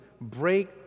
break